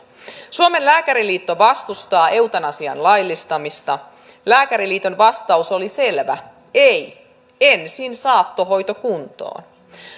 suomen lääkäriliitto vastustaa eutanasian laillistamista lääkäriliiton vastaus oli selvä ei ensin saattohoito kuntoon